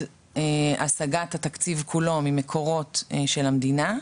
השגת התקציב כולו ממקורות של המדינה,